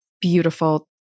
Beautiful